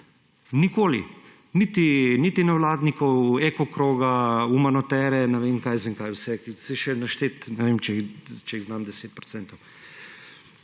Nikoli. Niti nevladnikov, Eko kroga, Umanotere, ne vem, kaj jaz vem, kaj vse, saj še našteti ne vem, če jih znam 10